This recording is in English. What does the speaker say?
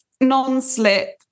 non-slip